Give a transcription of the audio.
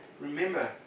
remember